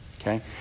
okay